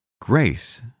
Grace